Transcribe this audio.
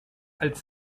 als